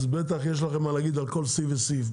אז בטח יש לכם מה להגיד לגבי סעיף וסעיף.